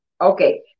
Okay